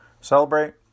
celebrate